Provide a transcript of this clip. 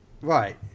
Right